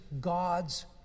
God's